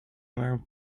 allowed